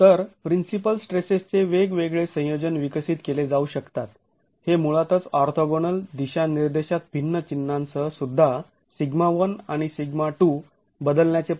तर प्रिन्सिपल स्ट्रेसेसचे वेगवेगळे संयोजन विकसित केले जाऊ शकतात हे मुळातच ऑर्थोगोनल दिशानिर्देशात भिन्न चिन्हांसह सुद्धा σ1 आणि σ2 बदलण्याचे प्रमाण म्हणून केले गेले आहे